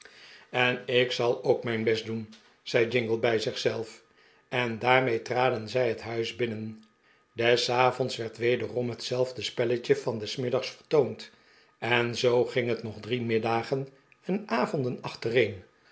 en ik zal ook mijn best doen zei jingle bij zich zelf en daarmee traden zij het huis binnen des avonds werd wederom hetzelfde spelletje van des middags vertoond en zoo ging het nog drie middagen en avonden achtereen